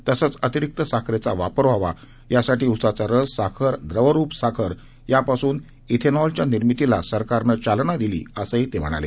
तसंच अतिरिक्त साखरेचा वापर व्हावा यासाठी ऊसाचा रस साखर द्रवरुप साखर यापासून इथेनॉल च्या निर्मितीला सरकारनं चालना दिली असं ते म्हणाले